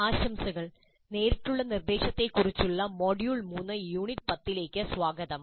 ആശംസകൾ നേരിട്ടുള്ള നിർദ്ദേശത്തെക്കുറിച്ചുള്ള മൊഡ്യൂൾ 3 യൂണിറ്റ് 10 ലേക്ക് സ്വാഗതം